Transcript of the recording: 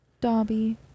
Dobby